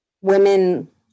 women